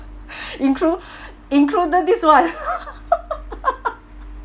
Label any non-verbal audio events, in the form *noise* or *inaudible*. *breath* inclu~ included this one *laughs*